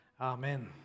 Amen